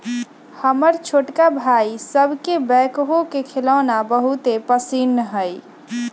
हमर छोटका भाई सभके बैकहो के खेलौना बहुते पसिन्न हइ